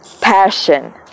passion